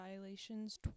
violations